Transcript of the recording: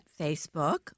Facebook